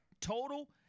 total